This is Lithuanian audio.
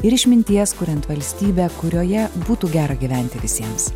ir išminties kuriant valstybę kurioje būtų gera gyventi visiems